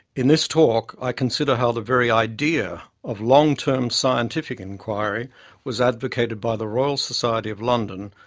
in this talk, i consider how the very idea of long-term scientific inquiry was advocated by the royal society of london,